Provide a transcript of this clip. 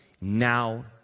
Now